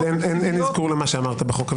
גלעד, אין אזכור למה שאמרת בחוק.